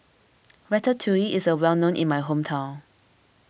Ratatouille is well known in my hometown